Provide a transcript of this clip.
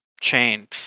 chain